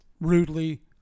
rudely